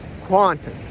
Quantum